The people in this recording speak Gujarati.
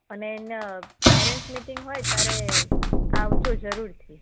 અને એની પેરેન્ટ્સ મીટિંગ હોય ને ત્યારે આવજો જરૂરથી